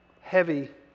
heavy